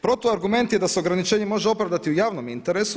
Protuargument je da se ograničenje može opravdati u javnom interesu.